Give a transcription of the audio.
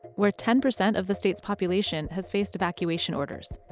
where ten percent of the state's population has faced evacuation orders.